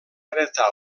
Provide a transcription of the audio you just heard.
heretar